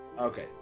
Okay